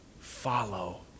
Follow